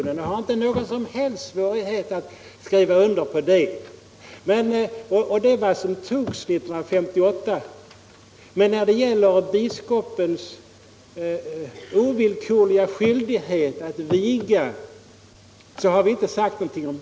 Därför har jag heller inte någon som helst svårighet att skriva under på det som också är vad riksdagen antog 1958. Men biskopens ovillkorliga skyldighet att prästviga kvinnor har vi inte sagt något om.